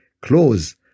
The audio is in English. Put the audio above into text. close